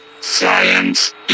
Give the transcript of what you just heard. science